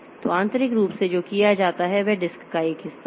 तो आंतरिक रूप से जो किया जाता है वह डिस्क का एक हिस्सा है